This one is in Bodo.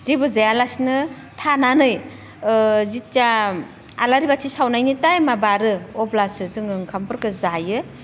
जेबो जायालासिनो थानानै जिथिया आलारि बाथि सावनायनि टाइमा बारो अब्लासो जोङो ओंखामफोयखो जायो